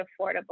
affordable